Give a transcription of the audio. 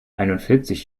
einundvierzig